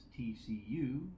TCU